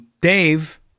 Dave